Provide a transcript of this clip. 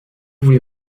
voulez